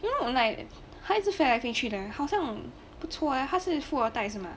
well when like 他一直飞来飞去的好像不错 leh 他是富二代是吗